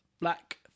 black